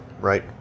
right